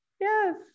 Yes